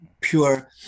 Pure